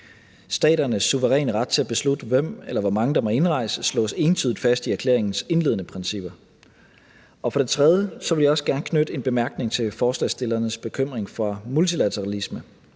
Staternes suveræne ret til at beslutte, hvem eller hvor mange der må indrejse, slås entydigt fast i erklæringens indledende principper. For det tredje vil jeg også gerne knytte en bemærkning til forslagsstillernes bekymring for multilateralisme.